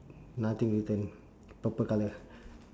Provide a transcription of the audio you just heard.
nothing written purple colour